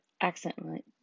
accidentally